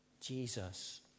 Jesus